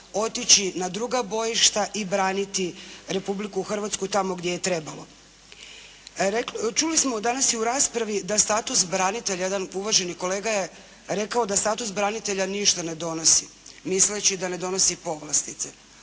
otići na druga bojišta i braniti Republiku Hrvatsku tamo gdje je trebalo. Čuli smo danas i u raspravi da status branitelja, jedan uvaženi kolega je rekao da status branitelja ništa ne donosi, misleći da ne donosi povlastice.